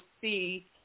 see